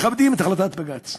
מכבדים את החלטת בג"ץ.